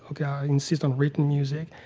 ok. i insist on written music.